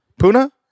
Puna